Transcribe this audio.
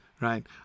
right